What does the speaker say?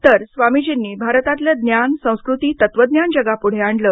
तर स्वामीजींनी भारतातलं ज्ञान संस्कृती तत्वज्ञान जगापुढे आणलं